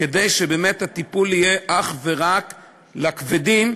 כדי שבאמת הטיפול יהיה אך ורק בכבדים,